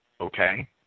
Okay